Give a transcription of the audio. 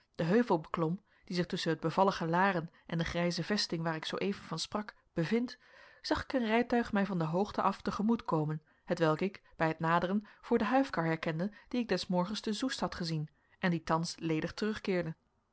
den heuvel beklom die zich tusschen het bevallige laren en de grijze vesting waar ik zooeven van sprak bevindt zag ik een rijtuig mij van de hoogte af te gemoet komen hetwelk ik bij het naderen voor de huifkar herkende die ik des morgens te soest had gezien en die thans ledig terugkeerde